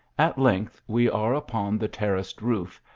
at length we are upon the terraced roof,